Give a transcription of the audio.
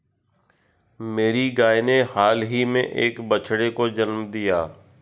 मेरी गाय ने हाल ही में एक बछड़े को जन्म दिया